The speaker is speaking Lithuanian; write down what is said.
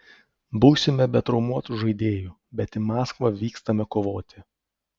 būsime be traumuotų žaidėjų bet į maskvą vykstame kovoti